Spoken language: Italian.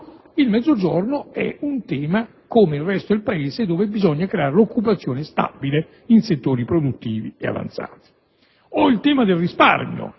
Il Mezzogiorno è un'area, come il resto del Paese, dove bisogna creare occupazione stabile in settori produttivi e avanzati. Inoltre, a proposito